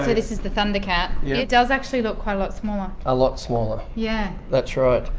this is the thundercat, it does actually look quite a lot smaller. a lot smaller, yeah that's right.